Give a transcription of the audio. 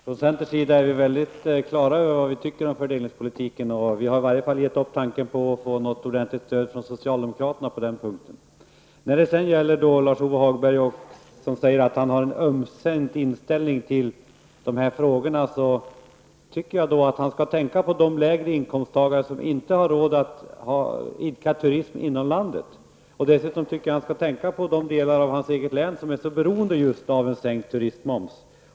Herr talman! Vi i centern är helt på det klara med vad vi tycker beträffande fördelningspolitiken. I varje fall har vi gett upp tanken på att få något ordentligt stöd av socialdemokraterna på den här punkten. Lars-Ove Hagberg sade att han har en ömsint inställning till de här frågorna. Jag tycker att han bör tänka på personer med lägre inkomst, personer som inte har råd att idka turism inom landet. Dessutom tycker jag att han bör tänka på de delar av sitt hemlän som är så beroende av just en sänkning av turistmomsen.